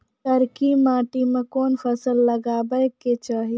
करकी माटी मे कोन फ़सल लगाबै के चाही?